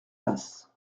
basse